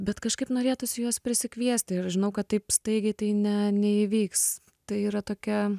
bet kažkaip norėtųsi juos prisikviesti ir aš žinau kad taip staigiai tai ne neįvyks tai yra tokia